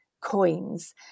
coins